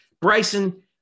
Bryson